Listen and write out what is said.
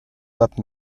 pape